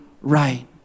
right